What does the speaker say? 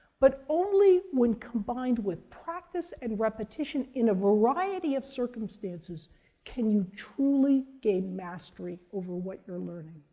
but only when combined with practice and repetition in a variety of circumstances can you truly gain mastery over what you're learning.